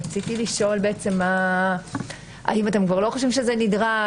רציתי לשאול, האם אתם כבר לא חושבים שזה נדרש?